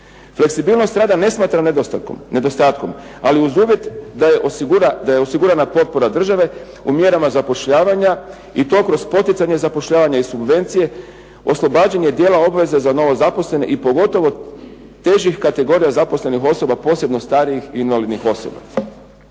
Fleksibilnost rada ne smatra nedostatkom, ali uz uvjet da je osigurana potpora države u mjerama zapošljavanje i to kroz poticanje zapošljavanja i subvencije, oslobađanje dijela obveze za novozaposlene i pogotovo težih kategorija zaposlenih osoba, posebno starijih i invalidnih osoba.